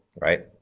right.